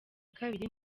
kabiri